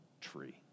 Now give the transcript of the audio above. tree